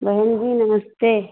बहन जी नमस्ते